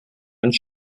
einen